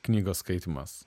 knygos skaitymas